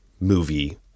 movie